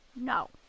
No